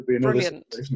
brilliant